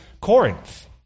Corinth